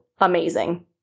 amazing